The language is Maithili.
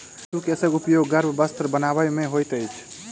पशु केशक उपयोग गर्म वस्त्र बनयबा मे होइत अछि